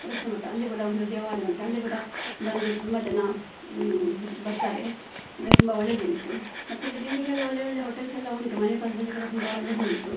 ಕೃಷ್ಣ ಮಠ ಅಲ್ಲಿ ಕೂಡ ಒಂದು ದೇವಾಲಯ ಉಂಟು ಅಲ್ಲಿ ಕೂಡ ಬಂದು ತುಂಬ ಜನ ವಿಸಿಟಿಗೆ ಬರ್ತಾರೆ ಅಂದರೆ ತುಂಬ ಒಳ್ಳೆಯದುಂಟು ಮತ್ತು ಇಲ್ಲಿ ತಿನ್ನಲಿಕ್ಕೆಲ್ಲ ಒಳ್ಳೆಯ ಒಳ್ಳೆಯ ಹೋಟಲ್ಸೆಲ್ಲ ಉಂಟು ಮಣಿಪಾಲ್ದಲ್ಲಿ ಕೂಡ ತುಂಬ ಒಳ್ಳೆಯದುಂಟು